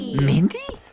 mindy?